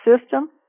system